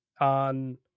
on